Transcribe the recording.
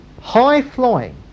high-flying